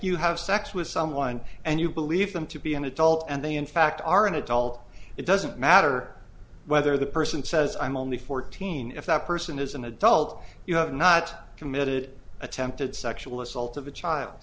you have sex with someone and you believe them to be an adult and they in fact are an adult it doesn't matter whether the person says i'm only fourteen if that person is an adult you have not committed attempted sexual assault of a child